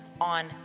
on